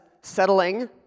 settling